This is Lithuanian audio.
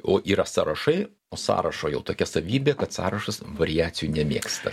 o yra sąrašai o sąrašo jau tokia savybė kad sąrašas variacijų nemėgsta